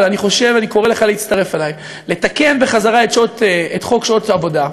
ואני חושב וקורא לך להצטרף אלי: לתקן בחזרה את חוק שעות עבודה.